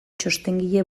txostengile